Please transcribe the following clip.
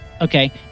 Okay